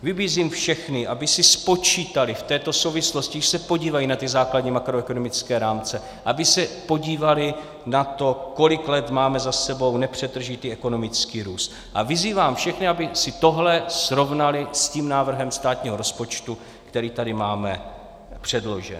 Vybízím všechny, aby si spočítali v této souvislosti, když se podívají na základní makroekonomické rámce, aby se podívali na to, kolik let máme za sebou nepřetržitý ekonomický růst, a vyzývám všechny, aby si tohle srovnali s návrhem státního rozpočtu, který tady máme předložen.